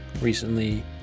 recently